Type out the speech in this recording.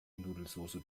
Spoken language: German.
nudelsoße